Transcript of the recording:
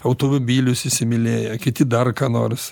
automobilius įsimylėję kiti dar ką nors